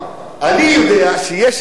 אני יודע שיש הסיבות,